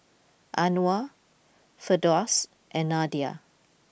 Anuar Firdaus and Nadia